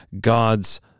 God's